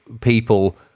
people